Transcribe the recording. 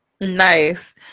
nice